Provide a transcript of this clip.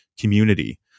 community